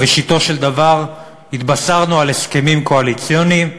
בראשיתו של דבר, התבשרנו על הסכמים קואליציוניים